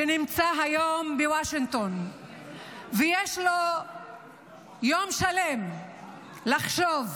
שנמצא היום בוושינגטון ויש לו יום שלם לחשוב.